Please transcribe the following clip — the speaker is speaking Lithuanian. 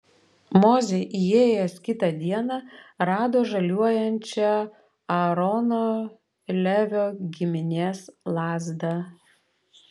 mozė įėjęs kitą dieną rado žaliuojančią aarono levio giminės lazdą